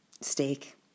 steak